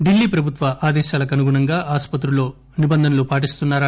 ఢిల్లీ ప్రభుత్వ ఆదేశాలకు అనుగుణంగా ఆస్పత్రుల్లో నిబంధనలు పాటిస్తున్నారా